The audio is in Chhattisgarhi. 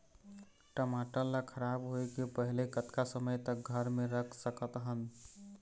टमाटर ला खराब होय के पहले कतका समय तक घर मे रख सकत हन?